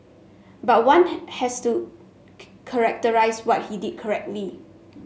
but one has to characterise what he did correctly